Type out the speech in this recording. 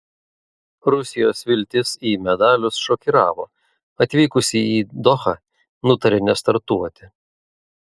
rusijos viltis į medalius šokiravo atvykusi į dohą nutarė nestartuoti